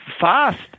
fast